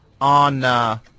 on